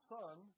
son